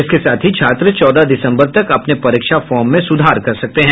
इसके साथ ही छात्र चौदह दिसंबर तक अपने परीक्षा फॉर्म में सुधार कर सकते हैं